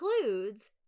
includes